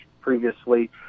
previously –